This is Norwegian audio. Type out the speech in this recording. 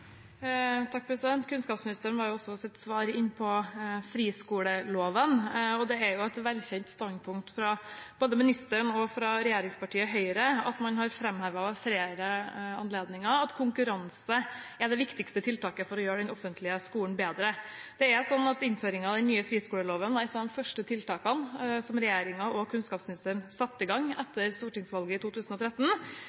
Kunnskapsministeren var også i sitt svar inne på friskoleloven. Det er et velkjent standpunkt fra både ministeren og regjeringspartiet Høyre – og man har fremhevet ved flere anledninger – at konkurranse er det viktigste tiltaket for å gjøre den offentlige skolen bedre. Det er slik at innføringen av den nye friskoleloven var et av de første tiltakene som regjeringen og kunnskapsministeren satte i gang